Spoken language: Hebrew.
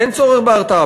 אין צורך בהרתעה,